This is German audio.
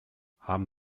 haben